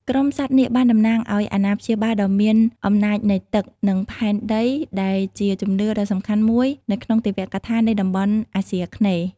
ក្រុមសត្វនាគបានតំណាងឲ្យអាណាព្យាបាលដ៏មានអំណាចនៃទឹក និងផែនដី ដែលជាជំនឿដ៏សំខាន់មួយនៅក្នុងទេវកថានៃតំបន់អាស៊ីអាគ្នេយ៍។